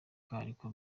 ariko